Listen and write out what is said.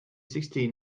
sixty